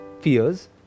fears